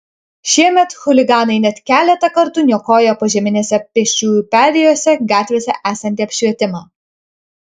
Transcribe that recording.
šiemet chuliganai net keletą kartų niokojo požeminėse pėsčiųjų perėjose gatvėse esantį apšvietimą